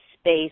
space